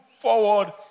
forward